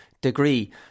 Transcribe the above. degree